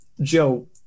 Joe